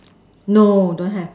no don't have